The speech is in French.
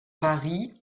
paris